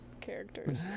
characters